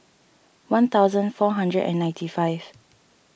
one thousand four hundred and ninety five